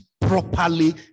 properly